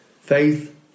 faith